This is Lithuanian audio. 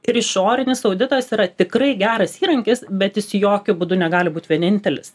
ir išorinis auditas yra tikrai geras įrankis bet jis jokiu būdu negali būt vienintelis